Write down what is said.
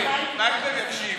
מקלב, תקשיב.